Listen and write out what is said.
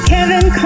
Kevin